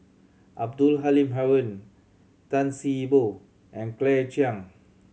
Abdul Halim Haron Tan See Boo and Claire Chiang